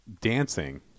dancing